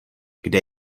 kde